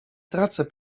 tracę